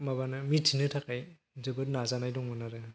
माबानो मिथिनो थाखाय जोबोद नाजानाय दंमोन आरो